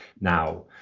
now